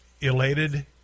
elated